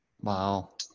Wow